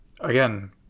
Again